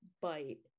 bite